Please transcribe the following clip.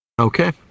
Okay